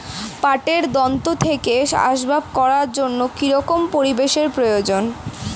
পাটের দণ্ড থেকে আসবাব করার জন্য কি রকম পরিবেশ এর প্রয়োজন?